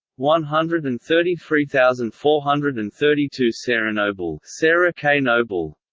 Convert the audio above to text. one hundred and thirty three thousand four hundred and thirty two sarahnoble sarahnoble